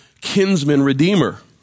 kinsman-redeemer